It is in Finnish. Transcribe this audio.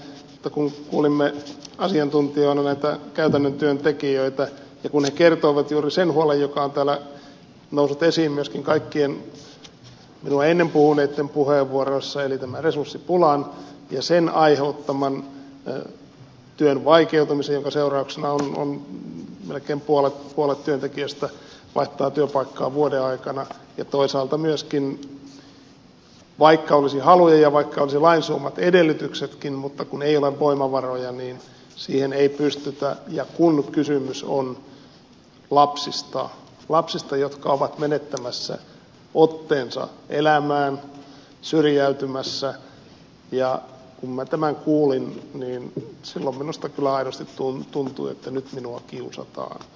mutta kun kuulimme asiantuntijoina näitä käytännön työntekijöitä ja kun he kertoivat juuri sen huolen joka on täällä noussut esiin myöskin kaikkien minua ennen puhuneitten puheenvuoroissa eli tämän resurssipulan ja sen aiheuttaman työn vaikeutumisen jonka seurauksena melkein puolet työntekijöistä vaihtaa työpaikkaa vuoden aikana ja toisaalta myöskin vaikka olisi haluja ja vaikka olisi lain suomat edellytyksetkin mutta kun ei ole voimavaroja niin siihen ei pystytä ja kun kysymys on lapsista lapsista jotka ovat menettämässä otteensa elämään syrjäytymässä kun minä tämän kuulin niin silloin minusta kyllä aidosti tuntui että nyt minua kiusataan